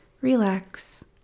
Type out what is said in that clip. relax